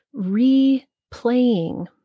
replaying